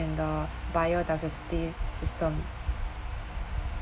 and the biodiversity system